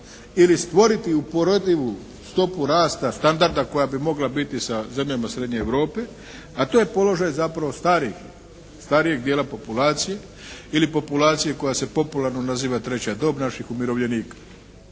ili stvoriti uporedljivu stopu rasta standarda koja bi mogla biti sa zemljama srednje Europe, a to je položaj zapravo starijeg dijela populacije ili populacije koja se popularno naziva treća dob naših umirovljenika.